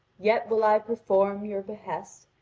yet will i perform your behest,